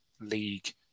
league